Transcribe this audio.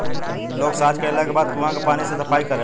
लोग सॉच कैला के बाद कुओं के पानी से सफाई करेलन